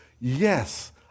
Yes